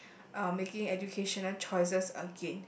uh making educational choices again